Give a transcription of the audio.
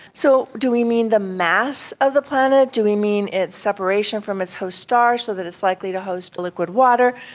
so do we mean the mass of the planet, do we mean its separation from its host stars so that it's likely to host liquid water,